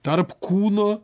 tarp kūno